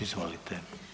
Izvolite.